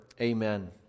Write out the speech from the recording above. Amen